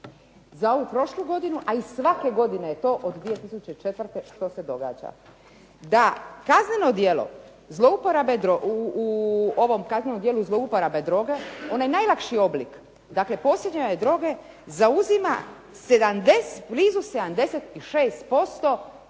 za ovu prošlu godinu, a i svake godine je to od 2004. što se događa. Da kazneno djelo u ovom kaznenom djelu zlouporabe droga, onaj najlakši oblik dakle posjedovanje droge, zauzima blizu 76%